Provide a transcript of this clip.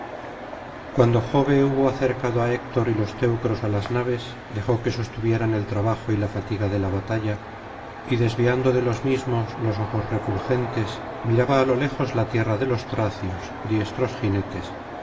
cuando jove hubo acercado á héctor y los teucros á las naves dejó que sostuvieran el trabajo y la fatiga de la batalla y desviando de los mismos los ojos refulgentes miraba á lo lejos la tierra de los tracios diestros jinetes